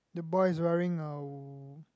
the boy is wearing a